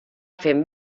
fent